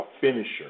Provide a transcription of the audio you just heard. finisher